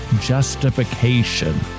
justification